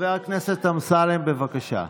חבר הכנסת אמסלם, בבקשה.